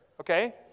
okay